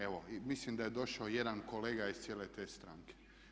Evo mislim da je došao jedan kolega iz cijele te stranke.